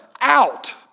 out